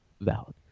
Valid